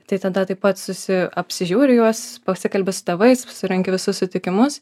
tai tada taip pat susi apsižiūriu juos pasikalbi su tėvais surenki visus sutikimus